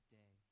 day